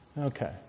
Okay